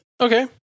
Okay